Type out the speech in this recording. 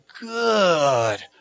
good